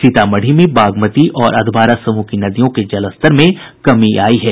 सीतामढ़ी में बागमती और अधवारा समूह की नदियों के जलस्तर में कमी आयी है